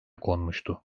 konmuştu